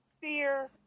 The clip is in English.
fear